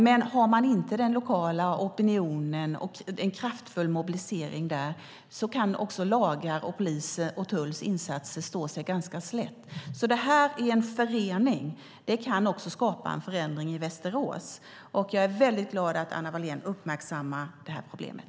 Men har man inte den lokala opinionen och en kraftfull mobilisering där kan också lagar, polisens och tullens insatser stå sig ganska slätt. Det här i förening kan också skapa en förändring i Västerås. Jag är väldigt glad att Anna Wallén uppmärksammar det här problemet.